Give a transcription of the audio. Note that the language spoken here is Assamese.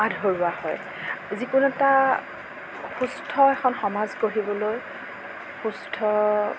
আধৰুৱা হয় যিকোনো এটা সুস্থ এখন সমাজ গঢ়িবলৈ সুস্থ